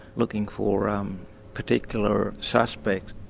looking for um particular suspects.